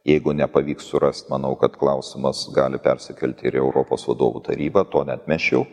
jeigu nepavyks surast manau kad klausimas gali persikelti ir į europos vadovų taryba to neatmesčiau